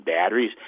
batteries